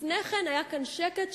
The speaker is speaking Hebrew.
לפני כן היה כאן שקט,